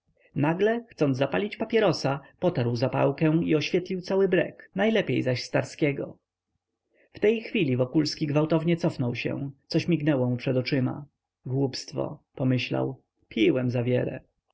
nagle chcąc zapalić papierosa potarł zapałkę i oświetlił cały brek najlepiej zaś starskiego w tej chwili wokulski gwałtownie cofnął się coś mignęło mu przed oczyma głupstwo pomyślał piłem zawiele